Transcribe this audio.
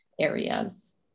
areas